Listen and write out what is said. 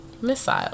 missile